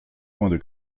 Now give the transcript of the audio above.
poings